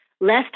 Less